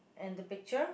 in the picture